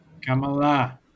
Kamala